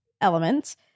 elements